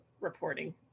reporting